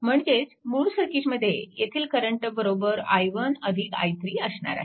म्हणजेच मूळ सर्किटमध्ये येथील करंट i1 i3 असणार आहे